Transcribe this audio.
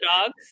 dogs